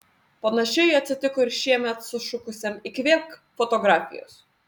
panašiai atsitiko ir šiemet sušukusiam įkvėpk fotografijos